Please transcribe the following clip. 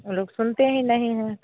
वो लोग सुनते ही नहीं हैं